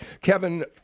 Kevin